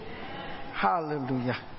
Hallelujah